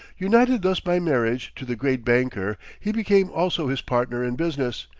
united thus by marriage to the great banker, he became also his partner in business,